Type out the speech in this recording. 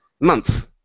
month